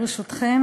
ברשותכם,